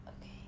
Okay